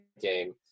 game